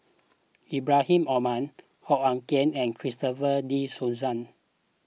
Ibrahim Omar Hoo Ah Kay and Christopher De Souza